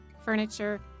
furniture